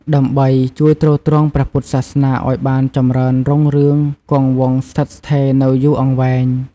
ដើម្បីជួយទ្រទ្រង់ព្រះពុទ្ធសាសនាឱ្យបានចំរើនរុងរឿងគង់វង្សស្ថិតស្ថេរនៅយូរអង្វែង។